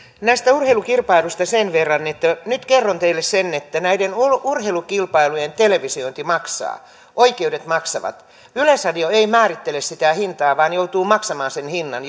urheilukilpailuista sen verran että nyt kerron teille sen että näiden urheilukilpailujen televisiointi maksaa oikeudet maksavat yleisradio ei määrittele hintaa vaan joutuu maksamaan sen hinnan